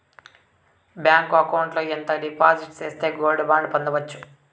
Bank account లో ఎంత డిపాజిట్లు సేస్తే గోల్డ్ బాండు పొందొచ్చు?